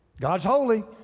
god's holy,